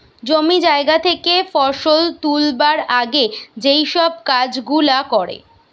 জমি জায়গা থেকে ফসল তুলবার আগে যেই সব কাজ গুলা করে